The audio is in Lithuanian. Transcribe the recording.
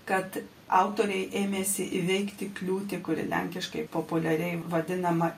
kad autoriai ėmėsi įveikti kliūtį kuri lenkiškai populiariai vadinama